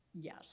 yes